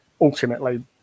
Ultimately